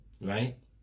right